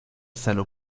celu